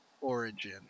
Origin